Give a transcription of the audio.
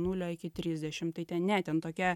nulio iki trisdešim tai ten ne ten tokia